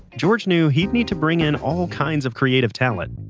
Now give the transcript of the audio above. george knew he'd need to bring in all kinds of creative talent.